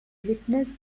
witnessed